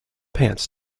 pants